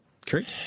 correct